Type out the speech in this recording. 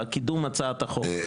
בקידום הצעת החוק,